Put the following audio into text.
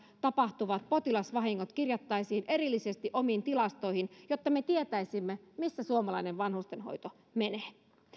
tapahtuvat potilasvahingot kirjattaisiin erillisesti omiin tilastoihinsa jotta me tietäisimme missä suomalainen vanhustenhoito menee